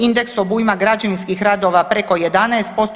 Indeks obujma građevinskih radova preko 11%